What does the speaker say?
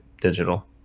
digital